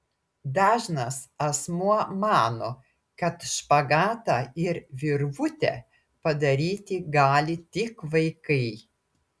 dažnas asmuo mano kad špagatą ir virvutę padaryti gali tik vaikai